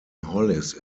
hollis